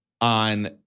on